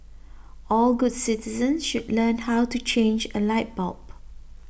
all good citizens should learn how to change a light bulb